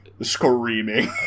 screaming